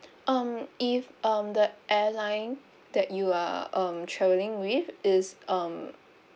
um if um the airline that you are um travelling with is um